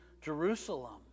Jerusalem